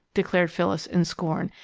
declared phyllis, in scorn.